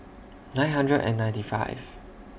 nine hundred and ninety five